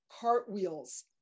cartwheels